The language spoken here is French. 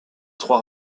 trois